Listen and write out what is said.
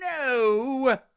no